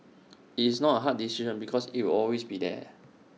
it's not A hard decision because IT will always be there